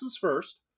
first